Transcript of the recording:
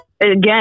again